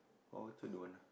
all also don't want ah